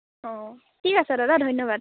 অঁ ঠিক আছে দাদা ধন্যবাদ